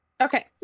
Okay